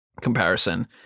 comparison